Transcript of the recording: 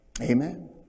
Amen